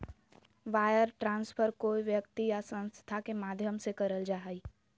wire transfer कोय व्यक्ति या संस्था के माध्यम से करल जा हय